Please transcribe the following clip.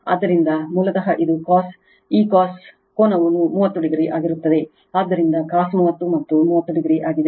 ಆದ್ದರಿಂದ ಮೂಲತಃ ಇದು cos ಈ ಕೋನವು 30 o ಆಗಿರುತ್ತದೆ ಆದ್ದರಿಂದ cos 30 ಮತ್ತು ಇದು 30o ಆಗಿದೆ